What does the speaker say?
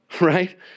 Right